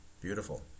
beautiful